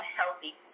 healthy